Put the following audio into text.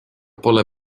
pole